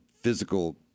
physical